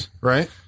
right